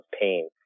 pain